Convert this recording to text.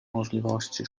możliwości